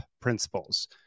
principles